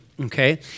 okay